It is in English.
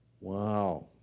Wow